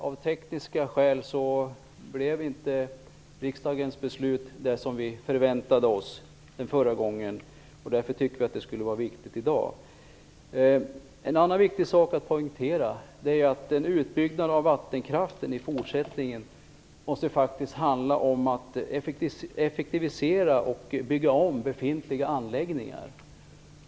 Av tekniska skäl blev riksdagens beslut tyvärr inte det som vi förväntade oss förra gången. Därför tycker vi att det skulle vara viktigt om det blev så i dag. En annan viktig sak att poängtera är att en utbyggnad av vattenkraften i fortsättningen måste handla om att effektivisera och bygga om befintliga anläggningar.